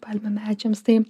palmių medžiams tai